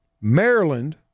Maryland